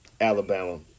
Alabama